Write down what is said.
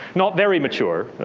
not very mature.